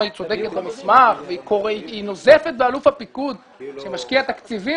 היא צודקת במסמך והיא נוזפת באלוף ה פיקוד שמשקיע תקציבים